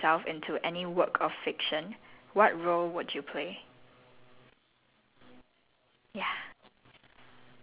this is a creative question so if you inserted yourself into any work of fiction what role would you play